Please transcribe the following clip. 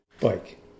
bike